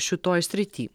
šitoj srity